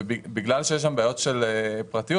בגלל שיש בעיות של פרטיות,